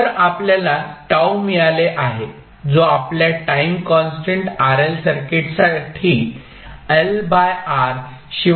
तर आपल्याला τ मिळाले आहे जो आपल्या टाईम कॉन्स्टंट RL सर्किटसाठी LR शिवाय काहीच नाही